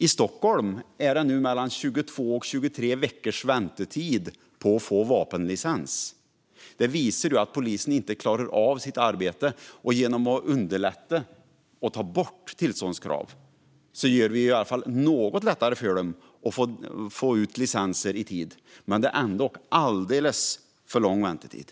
I Stockholm är det 22-23 veckors väntetid på att få vapenlicens. Det visar att polisen inte klarar av sitt arbete. Genom att ta bort tillståndskravet gör vi det i alla fall något lättare för dem att få ut licenser i tid. Men det är ändå alldeles för lång väntetid.